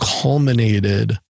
culminated